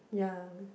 ya